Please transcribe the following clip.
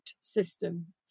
system